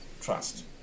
trust